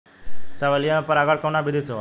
Salvia में परागण कउना विधि से होला?